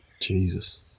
Jesus